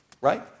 right